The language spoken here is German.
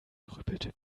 grübelte